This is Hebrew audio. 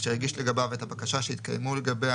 אשר הגיש לגביו את הבקשה שהתקיימו לגביה